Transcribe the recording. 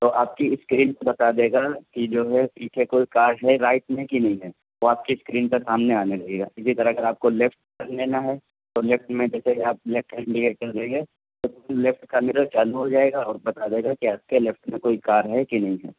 تو آپ کی اسکرین پہ بتا دے گا کہ جو ہے پیچھے کوئی کار ہے رائٹ میں کہ نہیں ہے وہ آپ کی اسکرین پر سامنے آنے لگے گا اسی طرح اگر آپ کو لیفٹ ٹرن لینا ہے تو لیفٹ میں دیکھے گا آپ لیفٹ انڈیکیٹر دیں گے تو لیفٹ کا میرر چالو ہو جائے گا اور بتا دے گا کہ آپ کے لیفٹ میں کوئی کار ہے کہ نہیں ہے